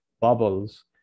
bubbles